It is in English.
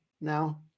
now